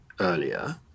earlier